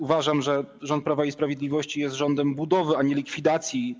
Uważam, że rząd Prawa i Sprawiedliwości jest rządem budowy, a nie likwidacji.